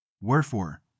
Wherefore